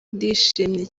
ndishimye